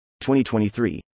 2023